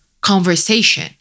conversation